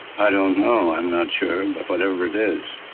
i don't know, i'm not sure, but whatever it is,